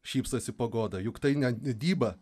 šypsosi pagoda juk tai ne didyba